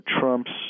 Trump's